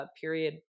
period